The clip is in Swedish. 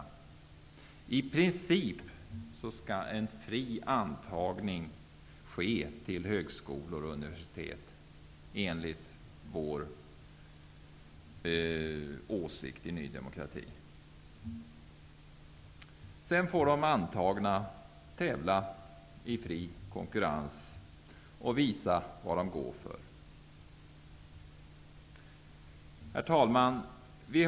Enligt Ny demokratis åsikt skall en i princip fri antagning ske till högskolor och universitet. Sedan får de antagna tävla i fri konkurrens och visa vad de går för.